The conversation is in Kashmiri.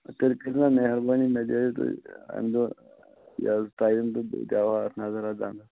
مےٚ پیٚٹھ کٔرِو نا میٚہربٲنی مےٚ دیٛٲوِو تُہۍ اَمہِ دۄہ یہِ حَظ ٹایِم تہٕ بہٕ دیٛاوٕ ہا اتھ نَظر اَتھ دَنٛدَس